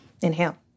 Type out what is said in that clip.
inhale